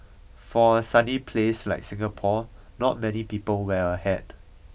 for a sunny place like Singapore not many people wear a hat